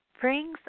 brings